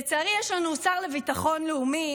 לצערי, יש לנו שר לביטחון הלאומי